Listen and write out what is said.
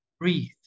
breathe